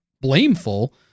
blameful